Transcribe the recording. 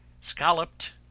Scalloped